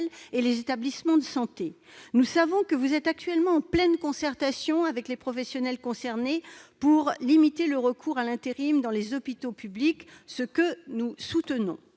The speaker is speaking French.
et les établissements de santé. Nous savons que vous êtes actuellement en pleine concertation avec les professionnels concernés pour limiter le recours à l'intérim dans les hôpitaux publics, position que nous soutenons.